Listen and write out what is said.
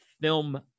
film